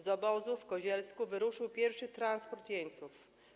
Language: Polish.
Z obozu w Kozielsku wyruszył pierwszy transport jeńców.